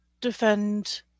defend